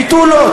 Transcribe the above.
ותו לא.